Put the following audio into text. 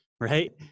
right